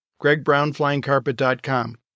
gregbrownflyingcarpet.com